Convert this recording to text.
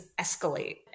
escalate